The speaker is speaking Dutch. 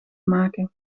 maken